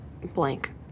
blank